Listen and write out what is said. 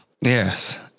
Yes